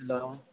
hello